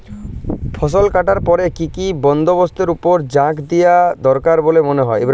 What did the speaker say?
ফসলকাটার পরে কি কি বন্দবস্তের উপর জাঁক দিয়া দরকার বল্যে মনে হয়?